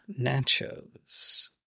Nachos